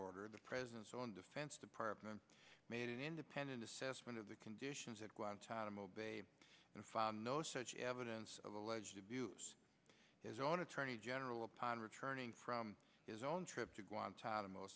order the president's own defense department made an independent assessment of the conditions at guantanamo bay and found no such evidence of alleged abuse his own attorney general upon returning from his own trip to guantanamo